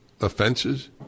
offenses